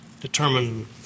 determine